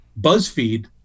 BuzzFeed